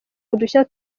udushya